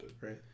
Right